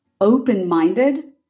open-minded